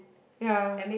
ya